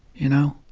you know?